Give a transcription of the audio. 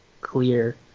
clear